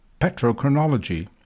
petrochronology